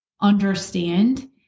understand